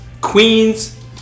queens